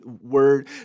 word